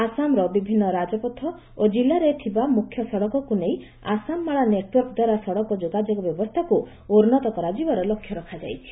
ଆସାମର ବିଭିନ୍ନ ରାଜପଥ ଓ ଜିଲ୍ଲାରେ ଥିବା ମୁଖ୍ୟ ସଡକକୁ ନେଇ ଆସାମ ମାଳା ନେଟୱାର୍କ ଦ୍ୱାରା ସଡକ ଯୋଗାଯୋଗ ବ୍ୟବସ୍ଥାକୁ ଉନ୍ନତ କରାଯିବାର ଲକ୍ଷ୍ୟ ରଖାଯାଇଛି